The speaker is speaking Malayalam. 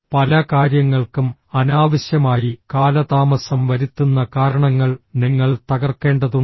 പല കാര്യങ്ങൾക്കും അനാവശ്യമായി കാലതാമസം വരുത്തുന്ന കാരണങ്ങൾ നിങ്ങൾ തകർക്കേണ്ടതുണ്ട്